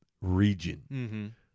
region